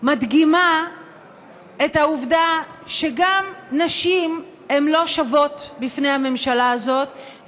מדגימה את העובדה שגם נשים הן לא שוות בפני הממשלה הזאת,